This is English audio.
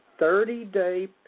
30-day